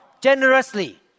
generously